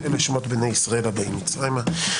אלה שמות בני ישראל הבאים מצרימה.